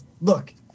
look